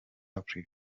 africa